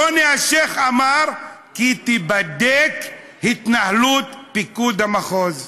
רוני אלשיך אמר כי תיבדק התנהלות פיקוד המחוז.